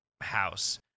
house